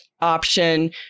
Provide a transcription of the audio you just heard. option